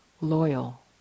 loyal